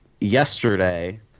yesterday